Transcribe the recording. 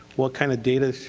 what kind of data,